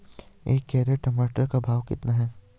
एक कैरेट टमाटर का भाव कितना है?